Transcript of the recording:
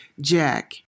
Jack